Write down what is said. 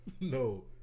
No